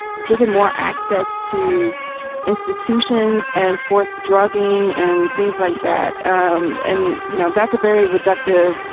given more access to institutions and forced drugging and things like that. um and, you know, that's a very reductive,